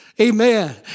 Amen